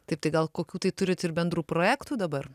taip tai gal kokių tai turit ir bendrų projektų dabar